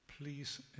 Please